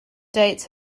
dates